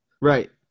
Right